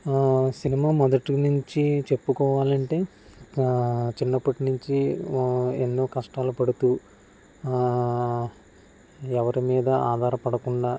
cinema మొదటి నుంచి చెప్పుకోవాలంటే చిన్నప్పటినుంచి ఎన్నో కష్టాలు పడుతూ ఎవరిమీద ఆధారపడకుండా